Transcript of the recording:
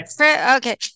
okay